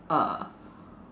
uh